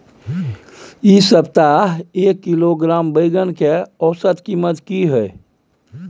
ऐ सप्ताह एक किलोग्राम बैंगन के औसत कीमत कि हय?